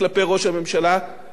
כל מי שטוען טענות כאלה,